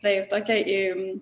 taip tokie į